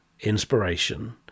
inspiration